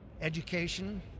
education